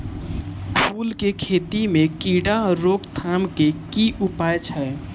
फूल केँ खेती मे कीड़ा रोकथाम केँ की उपाय छै?